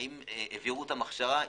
האם העבירו אותם הכשרה?